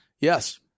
Yes